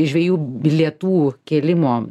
žvejų bilietų kėlimo